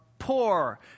poor